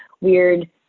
weird